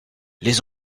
les